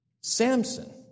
Samson